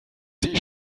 sie